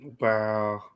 Wow